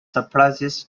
surpluses